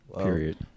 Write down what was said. Period